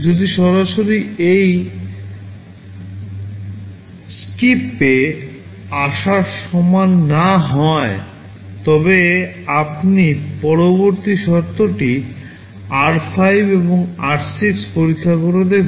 যদি সরাসরি এটি SKIP এ আসার সমান না হয় তবে আপনি পরবর্তী শর্তটি r5 এবং r6 পরীক্ষা করে দেখুন